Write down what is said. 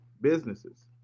businesses